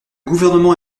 gouvernement